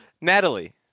Natalie